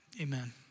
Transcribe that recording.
Amen